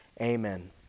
amen